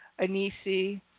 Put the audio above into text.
Anisi